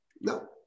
no